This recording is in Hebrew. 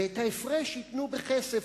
ואת ההפרש ייתנו בכסף.